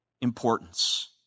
importance